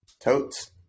totes